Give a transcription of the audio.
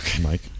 Mike